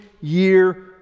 year